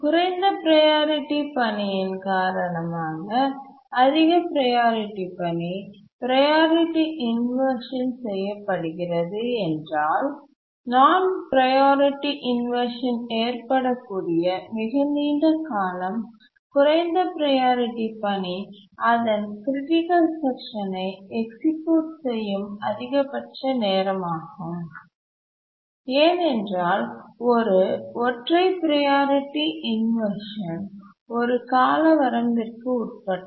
குறைந்த ப்ரையாரிட்டி பணியின் காரணமாக அதிக ப்ரையாரிட்டி பணி ப்ரையாரிட்டி இன்வர்ஷன் செய்யப்படுகிறது என்றால் நான் ப்ரையாரிட்டி இன்வர்ஷன் ஏற்படக்கூடிய மிக நீண்ட காலம் குறைந்த ப்ரையாரிட்டி பணி அதன் க்ட்டிக்கல் செக்ஷன் யை எக்சிக்யூட் செய்யும் அதிகபட்ச நேரமாகும் ஏனென்றால் ஒரு ஒற்றை ப்ரையாரிட்டி இன்வர்ஷன் ஒரு கால வரம்பிற்கு உட்பட்டது